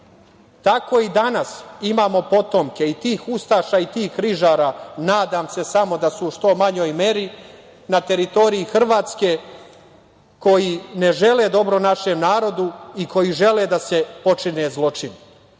Tako i danas imamo potomke i tih ustaša i tih križara, nadam se samo da su u što manjoj meri, na teritoriji Hrvatske koji ne žele dobro našem narodu i koji žele da se počine zločini. Kad